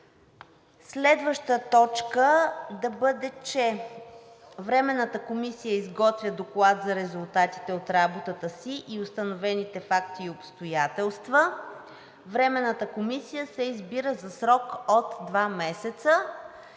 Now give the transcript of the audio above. Следваща точка да бъде, че Временната комисия изготвя доклад за резултатите от работата си и установените факти и обстоятелства. Временната комисия се избира за срок от два месеца.